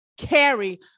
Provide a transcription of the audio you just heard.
carry